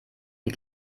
die